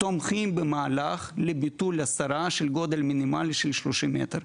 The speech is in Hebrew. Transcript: תומכים במהלך לביטול והסרה של גודל מינימלי של 30 מטר,